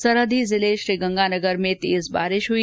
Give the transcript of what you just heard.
सरहदी जिले श्रीगंगानगर में भी तेज बारिश हुई